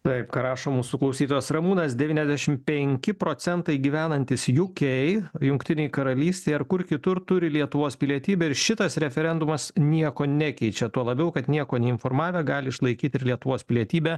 taip ką rašo mūsų klausytojas ramūnas devyniasdešimt penki procentai gyvenantys uk jungtinėj karalystėj ar kur kitur turi lietuvos pilietybę ir šitas referendumas nieko nekeičia tuo labiau kad nieko neinformavę gali išlaikyt ir lietuvos pilietybę